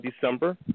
December